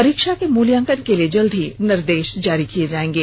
परीक्षा के मूल्यांकन के लिए जल्दी ही निर्देश जारी किये जाएंगे